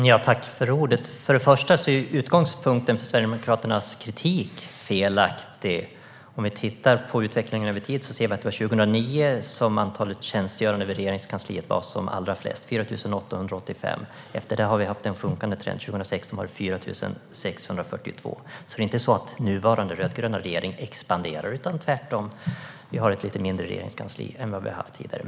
Herr talman! Till att börja med är utgångspunkten för Sverigedemokraternas kritik felaktig. Om vi tittar på utvecklingen över tid kan vi se att antalet tjänstgörande vid Regeringskansliet var som allra flest, 4 885, år 2009. Efter det har det varit en sjunkande trend. År 2016 var antalet 4 642. Det är alltså inte på det sättet att den nuvarande rödgröna regeringen expanderar. Vi har tvärtom ett lite mindre regeringskansli än tidigare.